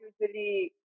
usually